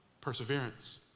Perseverance